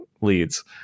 leads